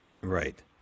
Right